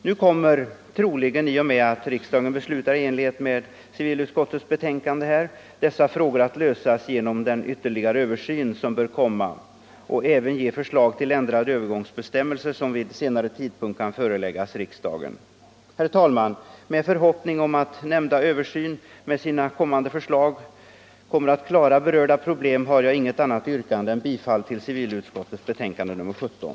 Nu kommer troligen —- i och med att riksdagen beslutar i enlighet med civilutskottets betänkande — dessa frågor att lösas genom den ytterligare översyn som bör komma och även resultera i förslag till ändrade övergångsbestämmelser, som vid senare tidpunkt kan föreläggas riksdagen. Herr talman! Med förhoppning om att nämnda översyn och kommande förslag skall klara berörda problem har jag inget annat yrkande än om bifall till civilutskottets hemställan i betänkandet nr 17.